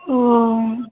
ओ